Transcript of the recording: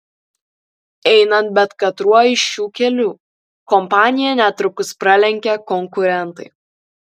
einant bet katruo iš šių kelių kompaniją netrukus pralenkia konkurentai